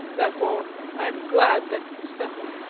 therefore i am glad that it is settled.